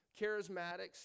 charismatics